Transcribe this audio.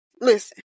Listen